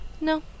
no